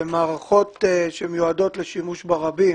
שהן מערכות שמיועדות לשימוש ברבים,